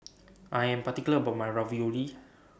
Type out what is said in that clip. I Am particular about My Ravioli